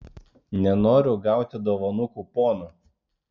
nenoriu gauti dovanų kupono